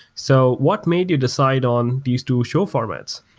so what made you decide on these two show formats?